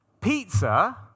Pizza